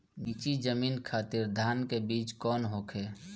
नीची जमीन खातिर धान के बीज कौन होखे?